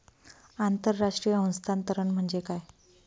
आंतरराष्ट्रीय हस्तांतरण म्हणजे काय?